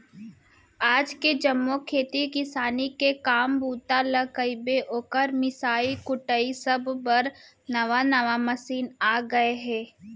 आज के जम्मो खेती किसानी के काम बूता ल कइबे, ओकर मिंसाई कुटई सब बर नावा नावा मसीन आ गए हे